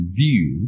view